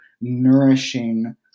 nourishing